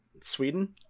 Sweden